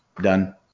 done